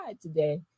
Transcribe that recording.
today